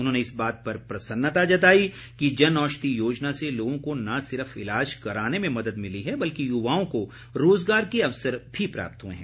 उन्होंने इस बात पर प्रसन्नता जताई कि जनऔषधी योजना से लोगों को न सिर्फ ईलाज कराने में मदद मिली है बल्कि युवाओं को रोजगार के अवसर भी प्राप्त हुए हैं